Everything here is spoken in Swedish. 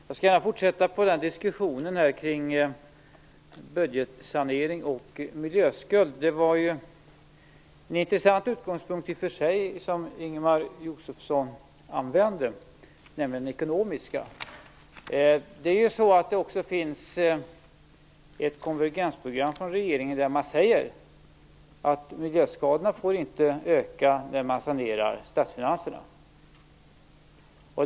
Herr talman! Jag vill gärna fortsätta diskussionen kring budgetsanering och miljöskuld. Det var i och för sig en intressant utgångspunkt Ingemar Josefsson använde, nämligen den ekonomiska. Det finns ju ett konvergensprogram från regeringen där man säger att miljöskadorna inte får öka när man sanerar statsfinanserna.